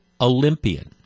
olympian